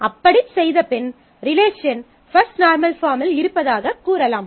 அப்படிச் செய்தபின் relation first normal பாஃர்ம்மில் இருப்பதாகக் கூறலாம்